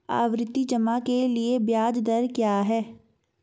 आवर्ती जमा के लिए ब्याज दर क्या है?